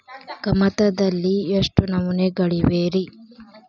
ಕಮತದಲ್ಲಿ ಎಷ್ಟು ನಮೂನೆಗಳಿವೆ ರಿ?